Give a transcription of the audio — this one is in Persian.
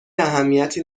اهمیتی